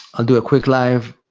i'll do a quick live.